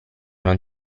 non